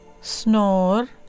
snore